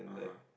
(uh huh)